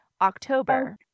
October